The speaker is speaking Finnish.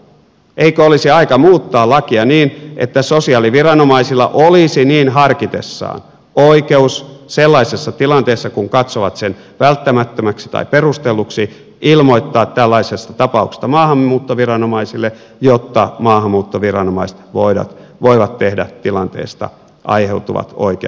eikö olisi aika muuttaa lakia niin että sosiaaliviranomaisilla olisi niin harkitessaan oikeus sellaisessa tilanteessa kun katsovat sen välttämättömäksi tai perustelluksi ilmoittaa tällaisesta tapauksesta maahanmuuttoviranomaisille jotta maahanmuuttoviranomaiset voivat tehdä tilanteesta aiheutuvat oikeat johtopäätökset